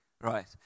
right